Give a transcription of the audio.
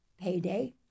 payday